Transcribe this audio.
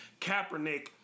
Kaepernick